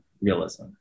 realism